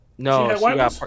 No